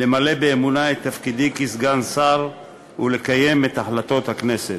למלא באמונה את תפקידי כסגן שר ולקיים את החלטות הכנסת.